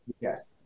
Yes